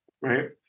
right